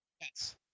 Yes